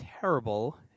terrible